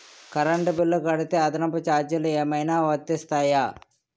Current bill కడితే అదనపు ఛార్జీలు ఏమైనా వర్తిస్తాయా?